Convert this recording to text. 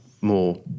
more